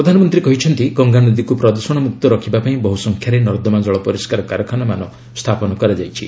ପ୍ରଧାନମନ୍ତ୍ରୀ କହିଛନ୍ତିଗଙ୍ଗାନଦୀକୁ ପ୍ରଦୂଷଣମୁକ୍ତ ରଖିବା ପାଇଁ ବହୁସଂଖ୍ୟାରେ ନର୍ଦ୍ଦମା ଜଳ ପରିଷ୍କାର କାରଖାନା ସ୍ଥାପନ କରାଯାଇଛି